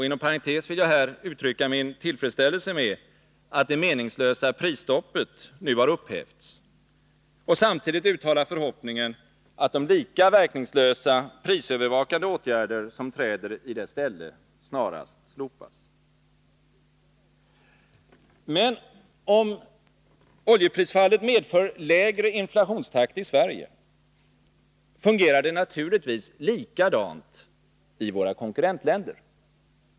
—- Inom parentes vill jag här uttrycka min tillfredsställelse med att det meningslösa prisstoppet nu har upphävts och samtidigt uttala förhoppningen att de lika verkningslösa prisövervakande åtgärder som träder i dess ställe snarast skall slopas. — Men om oljeprisfallet medför lägre inflationstakt i Sverige, fungerar det naturligtvis likadant i våra konkurrentländer.